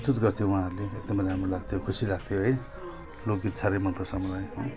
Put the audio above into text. प्रस्तुत गर्थ्यो उहाँहरूले एकदम राम्रो लाग्थ्यो खुसी लाग्थ्यो है लोकगीत साह्रै मन पर्छ मलाई